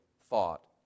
thought